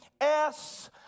S-